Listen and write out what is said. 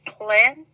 plan